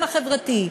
גם החברתי,